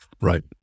Right